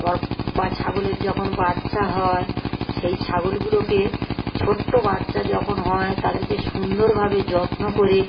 আবার পা ছাগলের যখন বাচ্চা হয় সেই ছাগলগুলোকে ছোট্টো বাচ্চা যখন হয় তাদেরকে সুন্দরভাবে যত্ন করে